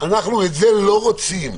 אנחנו את זה לא רוצים,